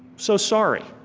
so sorry,